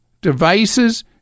devices